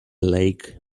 lake